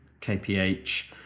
kph